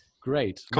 Great